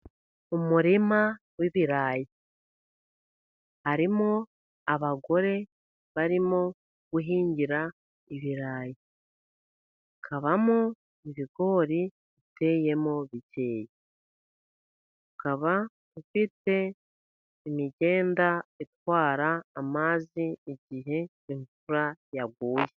Umurima w'ibirayi. Harimo abagore barimo guhingira ibirayi. Hakabamo ibigori biteyemo biteze. Ukaba ufite imigenda itwara amazi igihe imvura yaguye.